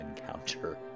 encounter